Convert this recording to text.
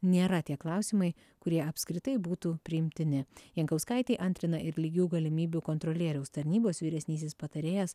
nėra tie klausimai kurie apskritai būtų priimtini jankauskaitei antrina ir lygių galimybių kontrolieriaus tarnybos vyresnysis patarėjas